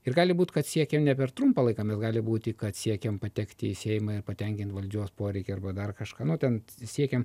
ir gali būt kad siekiam ne per trumpą laiką mes gali būti kad siekiam patekti į seimą ir patenkinti valdžios poreikį arba dar kažką nu ten siekiam